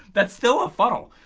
that's still a funnel.